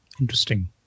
Interesting